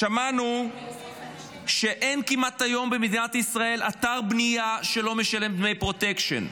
שמענו שאין כמעט היום במדינת ישראל אתר בנייה שלא משלם דמי פרוטקשן.